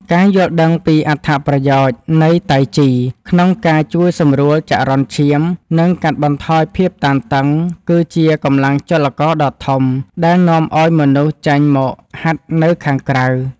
ការយល់ដឹងពីអត្ថប្រយោជន៍នៃតៃជីក្នុងការជួយសម្រួលចរន្តឈាម និងកាត់បន្ថយភាពតានតឹង គឺជាកម្លាំងចលករដ៏ធំដែលនាំឱ្យមនុស្សចេញមកហាត់នៅខាងក្រៅ។